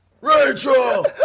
Rachel